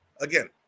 Again